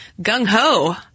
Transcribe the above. gung-ho